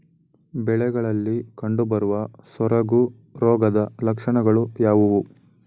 ಬೆಳೆಗಳಲ್ಲಿ ಕಂಡುಬರುವ ಸೊರಗು ರೋಗದ ಲಕ್ಷಣಗಳು ಯಾವುವು?